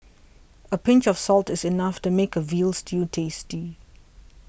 a pinch of salt is enough to make a Veal Stew tasty